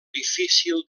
difícil